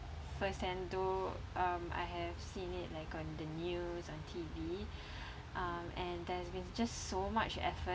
first and do um I have seen it like on the news on T_V um and there's been just so much effort